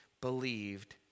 believed